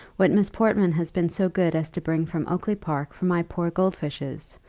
what miss portman has been so good as to bring from oakly-park for my poor gold fishes,